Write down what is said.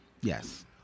Yes